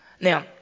Now